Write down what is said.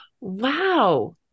wow